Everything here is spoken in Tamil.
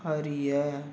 அறிய